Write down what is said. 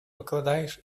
викладаєш